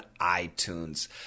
itunes